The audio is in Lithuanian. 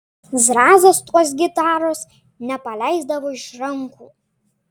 zrazas tos gitaros nepaleisdavo iš rankų